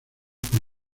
por